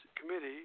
committee